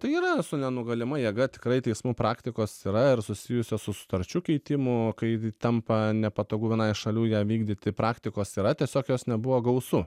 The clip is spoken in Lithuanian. tai yra su nenugalima jėga tikrai teismų praktikos yra ir susijusios su sutarčių keitimu kai tampa nepatogu vienai iš šalių ją vykdyti praktikos yra tiesiog jos nebuvo gausu